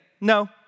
no